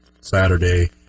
Saturday